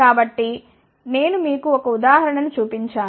కాబట్టి నేను మీకు ఒక ఉదాహరణ చూపించాను